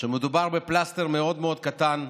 לכך שמדובר בפלסטר מאוד מאוד קטן,